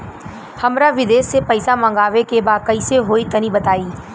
हमरा विदेश से पईसा मंगावे के बा कइसे होई तनि बताई?